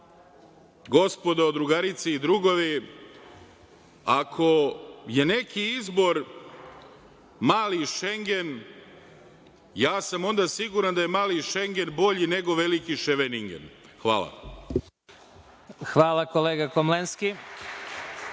gospodo, drugarice i drugovi, ako je neki izbor „mali Šengen“ ja sam onda siguran da je „mali Šengen“ bolji nego veliki Ševeningen. Hvala. **Vladimir